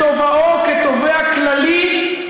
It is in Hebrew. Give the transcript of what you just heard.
בכובעו כתובע כללי,